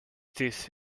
this